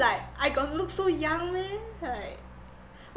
like I got look so young meh like